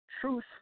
truth